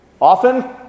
often